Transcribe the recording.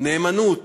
נאמנות,